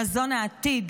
למזון העתיד,